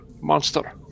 monster